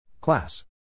Class